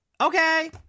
Okay